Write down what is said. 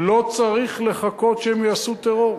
לא צריך לחכות שהם יעשו טרור.